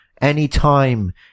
Anytime